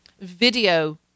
video